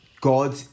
God